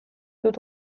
dut